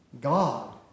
God